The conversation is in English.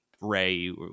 Ray